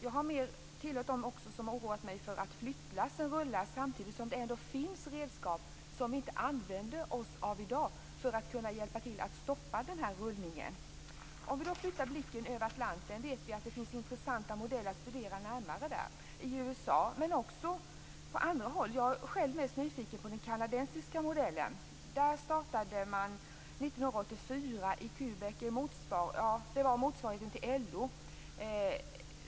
Jag har tillhört dem som har oroat sig för att flyttlassen rullar samtidigt som det finns redskap som vi inte använder oss av i dag för att hjälpa till att stoppa denna rullning. Om vi då lyfter blicken över Atlanten vet vi att det finns intressanta modeller att studera närmare där, i USA, men också på andra håll. Själv är jag mest nyfiken på den kanadensiska modellen. Där startade man 1984 i Québec en motsvarighet till LO.